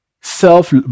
self